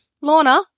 Lorna